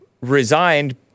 resigned